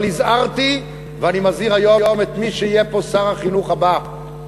אבל הזהרתי ואני מזהיר היום את מי שיהיה פה שר החינוך הבא: